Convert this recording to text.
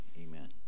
Amen